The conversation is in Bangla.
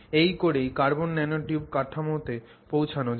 এই করেই কার্বন ন্যানোটিউব কাঠামোতে পৌঁছানো যায়